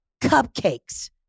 cupcakes